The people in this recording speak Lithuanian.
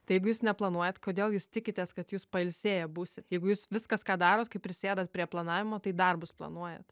tai jeigu jūs neplanuojat kodėl jūs tikitės kad jūs pailsėję būsit jeigu jūs viskas ką darote kai prisėdat prie planavimo tai darbus planuojat